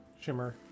Shimmer